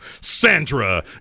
Sandra